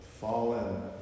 fallen